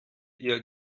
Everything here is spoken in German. ihr